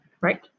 right